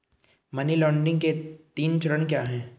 Money laundering के तीन चरण क्या हैं?